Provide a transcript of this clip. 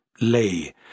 lay